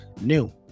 new